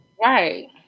Right